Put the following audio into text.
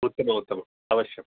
उत्तमम् उत्तम अवश्यम्